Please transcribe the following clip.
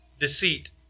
Deceit